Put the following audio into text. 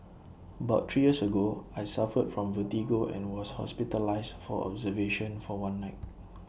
about three years ago I suffered from vertigo and was hospitalised for observation for one night